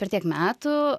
per tiek metų